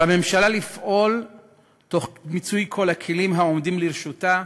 על הממשלה לפעול תוך מיצוי כל הכלים העומדים לרשותה,